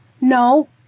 no